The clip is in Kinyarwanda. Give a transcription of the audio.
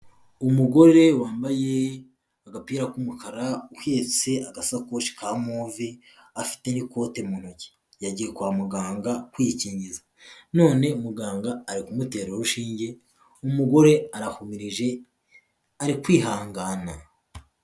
Umugore wambaye agapira k'umukara uhetse agasakoshi ka move afite n'ikote mu ntoki, yagiye kwa muganga kwikingiza none muganga ari kumutera urushinge umugore arahurije ari kwihangana.